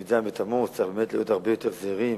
מי"ז בתמוז צריך באמת להיות הרבה יותר זהירים.